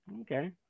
Okay